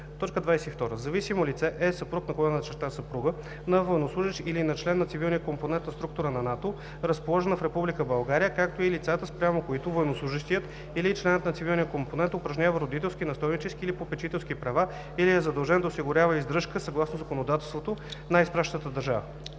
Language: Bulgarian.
22: „22. „Зависимо лице" е съпруг/съпруга на военнослужещ или на член на цивилния компонент на структура на НАТО, разположена в Република България, както и лицата, спрямо които военнослужещият или членът на цивилния компонент упражнява родителски, настойнически или попечителски права или е задължен да осигурява издръжка съгласно законодателството на изпращащата държава.“